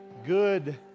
good